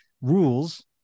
rules